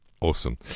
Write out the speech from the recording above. Awesome